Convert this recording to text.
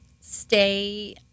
stay